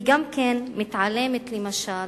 היא גם מתעלמת למשל